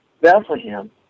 Bethlehem